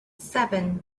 seven